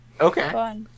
okay